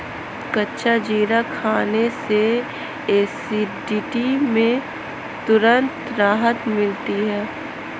कच्चा जीरा खाने से एसिडिटी में तुरंत राहत मिलती है